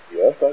yes